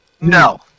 No